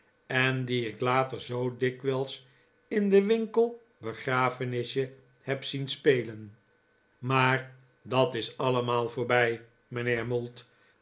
en die ik later zoo dikwijls in den winkel begrafenisje heb zien spelen maar dat is allemaal voorbij mijnheer mould